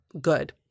good